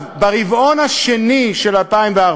ברבעון השני של 2014,